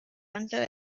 under